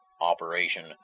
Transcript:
operation